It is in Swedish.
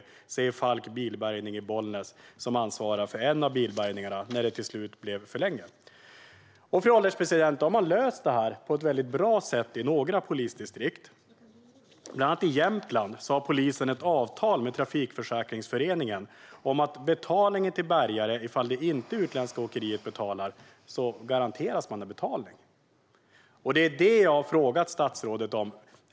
Det säger Falck bilbärgning i Bollnäs, som ansvarade för en av bilbärgningarna när det till slut blev för länge. Fru ålderspresident! De har löst detta på ett väldigt bra sätt i några polisdistrikt. Bland annat i Jämtland har polisen ett avtal med Trafikförsäkringsföreningen om betalningen till bärgare. Ifall det utländska åkeriet inte betalar garanteras man en betalning. Det är detta jag har frågat statsrådet om.